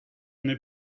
n’est